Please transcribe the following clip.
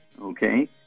okay